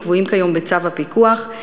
הקבועים כיום בצו הפיקוח,